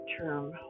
term